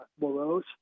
morose